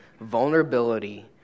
Vulnerability